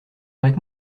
avec